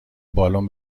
بالن